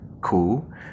Cool